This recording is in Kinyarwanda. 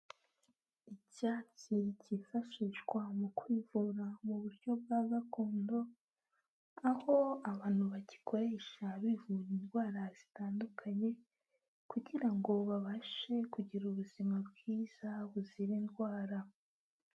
Icyatsi cyifashishwa mu kwivura mu buryo bwa gakondo, aho abantu bagikoresha bivura indwara zitandukanye kugira ngo babashe kugira ubuzima bwiza buzira indwara.